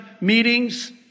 meetings